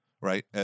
right